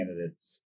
candidates